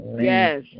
Yes